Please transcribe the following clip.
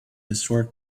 historic